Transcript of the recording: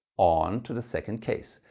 on to the second case,